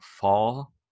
fall